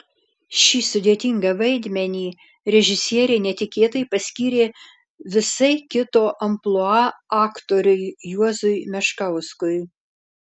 šį sudėtingą vaidmenį režisierė netikėtai paskyrė visai kito amplua aktoriui juozui meškauskui